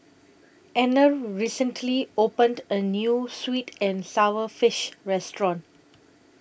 Anner recently opened A New Sweet and Sour Fish Restaurant